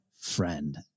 friend